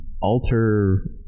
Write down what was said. alter